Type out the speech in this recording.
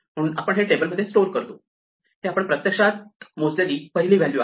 म्हणून आपण हे टेबलमध्ये स्टोअर करतो हे आपण प्रत्यक्षात मोजलेली पहिली व्हॅल्यू आहे